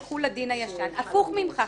יחול הדין הישן." הפוך ממך,